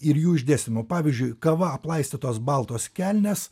ir jų išdėstymu pavyzdžiui kava aplaistytos baltos kelnės